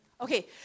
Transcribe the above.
Okay